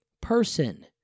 person